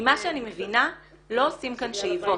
ממה שאני מבינה לא עושים כאן שאיבות,